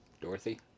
Dorothy